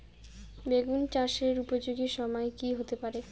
বেগুন চাষের উপযোগী সময় কি হতে পারে?